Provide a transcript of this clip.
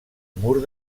mur